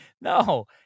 No